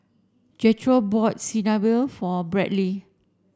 Jethro bought Chigenabe for Bradley